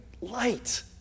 Light